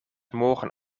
morgen